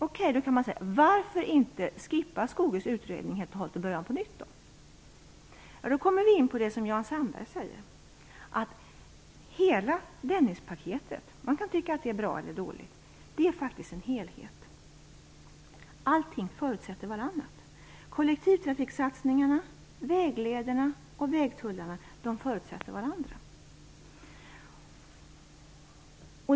Okej, då kan man säga: Varför inte skippa Skogös utredning helt och hållet och börja om på nytt? Då kommer vi in på det som Jan Sandberg säger, att hela Dennispaketet - man kan tycka att det är bra eller dåligt - faktiskt är en helhet. Allting förutsätter vartannat. Kollektivtrafiksatsningarna, väglederna och vägtullarna förutsätter varandra.